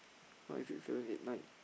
five six seven eight nine